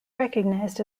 recognized